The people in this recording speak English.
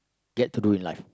get to do in life